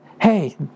Hey